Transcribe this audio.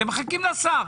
אתם מחכים לשר.